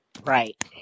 Right